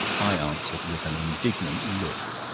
i answered with an indignant look.